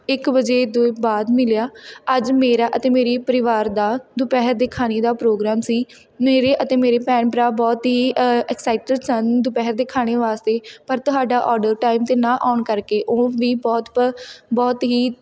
ਇੱਕ ਵਜੇ ਦੇ ਬਾਅਦ ਮਿਲਿਆ ਅੱਜ ਮੇਰਾ ਅਤੇ ਮੇਰੀ ਪਰਿਵਾਰ ਦਾ ਦੁਪਹਿਰ ਦੇ ਖਾਣੇ ਦਾ ਪ੍ਰੋਗਰਾਮ ਸੀ ਮੇਰੇ ਅਤੇ ਮੇਰੇ ਭੈਣ ਭਰਾ ਬਹੁਤ ਹੀ ਐਕਸਾਈਟਿਡ ਸਨ ਦੁਪਹਿਰ ਦੇ ਖਾਣੇ ਵਾਸਤੇ ਪਰ ਤੁਹਾਡਾ ਔਡਰ ਟਾਈਮ ਦੇ ਨਾ ਆਉਣ ਕਰਕੇ ਉਹ ਵੀ ਬਹੁਤ ਪ ਬਹੁਤ ਹੀ